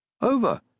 Over